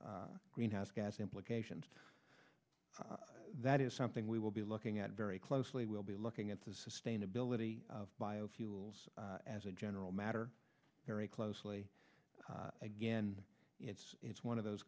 greenhouse gas implications that is something we will be looking at very closely we'll be looking at the sustainability of biofuels as a general matter very closely again it's one of those